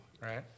right